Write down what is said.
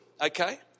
okay